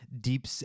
deep